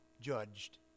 judged